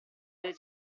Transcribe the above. delle